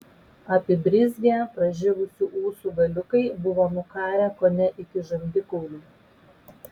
apibrizgę pražilusių ūsų galiukai buvo nukarę kone iki žandikaulių